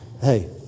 Hey